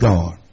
God